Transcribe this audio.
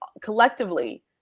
collectively